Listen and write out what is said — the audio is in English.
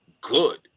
good